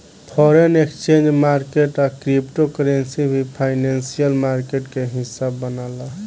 foreign exchange market आ crypto currency भी financial market के हिस्सा मनाला